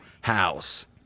house